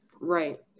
Right